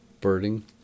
Birding